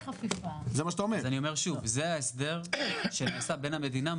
אני אומר שוב שזה ההסדר שנוסד בין המדינה,